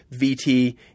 VT